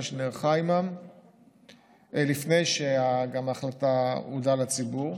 שנערכה עימם לפני שההחלטה נודעה לציבור.